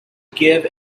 give